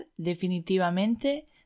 definitivamente